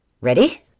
Ready